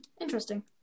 Interesting